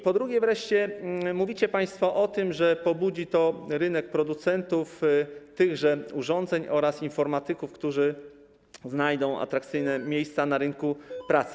Po drugie, mówicie państwo o tym, że pobudzi to rynek producentów tych urządzeń oraz informatyków, którzy znajdą atrakcyjne miejsca na rynku pracy.